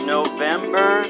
November